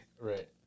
Right